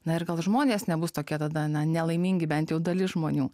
na ir gal žmonės nebus tokie tada nelaimingi bent jau dalis žmonių